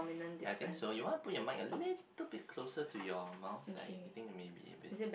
I think so you wanna out your mic a little bit closer to your mouth right you think it may be a bit